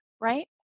right